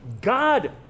God